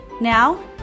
Now